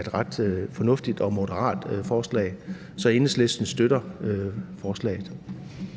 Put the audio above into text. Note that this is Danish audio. et ret fornuftigt og moderat forslag, så Enhedslisten støtter forslaget.